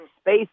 space